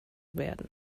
werden